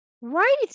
Right